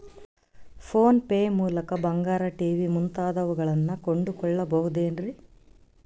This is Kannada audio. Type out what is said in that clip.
ಫೋನ್ ಪೇ ಮೂಲಕ ಬಂಗಾರ, ಟಿ.ವಿ ಮುಂತಾದವುಗಳನ್ನ ಕೊಂಡು ಕೊಳ್ಳಬಹುದೇನ್ರಿ?